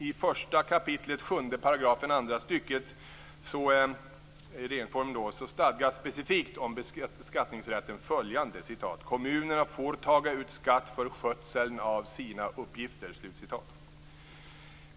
I 1 kap. 7 § andra stycket regeringsformen stadgas specifikt om beskattningsrätten följande: "Kommunerna får taga ut skatt för skötseln av sina uppgifter."